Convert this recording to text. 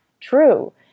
true